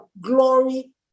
glory